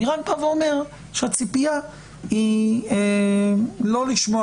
אני רק בא ואומר שהציפייה היא לא לשמוע